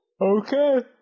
Okay